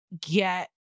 get